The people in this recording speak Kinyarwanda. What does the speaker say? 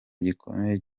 gikomeye